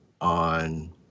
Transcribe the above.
on